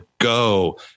go